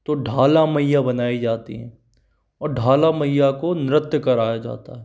तो ढ़ाला मैया बनाई जाती हैं और ढ़ाला मैया को नृत्य कराया जाता है